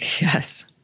Yes